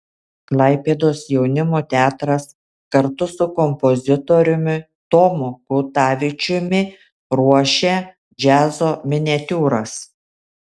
klaipėdos jaunimo teatras kartu su kompozitoriumi tomu kutavičiumi ruošia džiazo miniatiūras